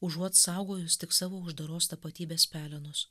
užuot saugojus tik savo uždaros tapatybės pelenus